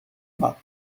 not